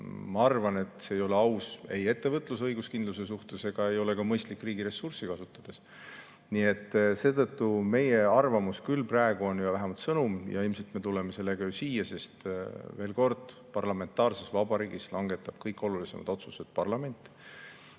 Ma arvan, et see ei oleks aus ei ettevõtluse õiguskindluse suhtes ega oleks ka mõistlik riigi ressursside kasutus. Nii et seetõttu on praegu küll meie arvamus ja ka vähemalt sõnum – ilmselt me tuleme sellega ju siia, sest veel kord, parlamentaarses vabariigis langetab kõik olulisemad otsused parlament